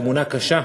תמונה קשה.